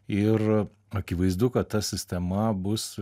ir akivaizdu kad ta sistema bus